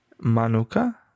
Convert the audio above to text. Manuka